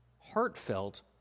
heartfelt